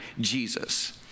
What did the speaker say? Jesus